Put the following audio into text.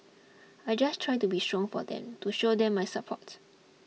I just try to be strong for them to show them my support